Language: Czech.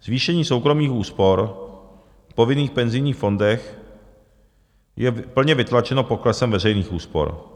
Zvýšení soukromých úspor v povinných penzijních fondech je plně vytlačeno poklesem veřejných úspor.